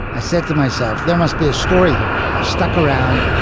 i said to myself there must be a story here. i stuck around,